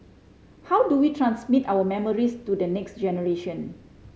how do we transmit our memories to the next generation